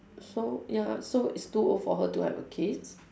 so ya so it's too old for her to have a kid